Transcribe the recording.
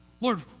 Lord